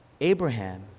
Abraham